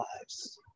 lives